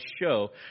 show